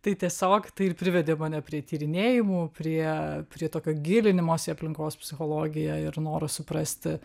tai tiesiog tai ir privedė mane prie tyrinėjimų prie prie tokio gilinimosi į aplinkos psichologiją ir noro suprasti